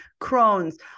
Crohn's